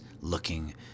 looking